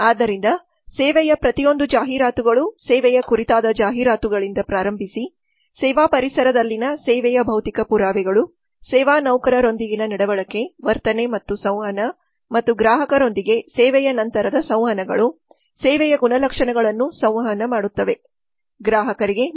ಆದ್ದರಿಂದ ಸೇವೆಯ ಪ್ರತಿಯೊಂದು ಜಾಹೀರಾತುಗಳು ಸೇವೆಯ ಕುರಿತಾದ ಜಾಹೀರಾತುಗಳಿಂದ ಪ್ರಾರಂಭಿಸಿ ಸೇವಾ ಪರಿಸರನಲ್ಲಿನ ಸೇವೆಯ ಭೌತಿಕ ಪುರಾವೆಗಳು ಸೇವಾ ನೌಕರರೊಂದಿಗಿನ ನಡವಳಿಕೆ ವರ್ತನೆ ಮತ್ತು ಸಂವಹನ ಮತ್ತು ಗ್ರಾಹಕರೊಂದಿಗೆ ಸೇವೆಯ ನಂತರದ ಸಂವಹನಗಳು ಸೇವೆಗಳ ಗುಣಲಕ್ಷಣಗಳನ್ನು ಸಂವಹನ ಮಾಡುತ್ತವೆ ಗ್ರಾಹಕರಿಗೆ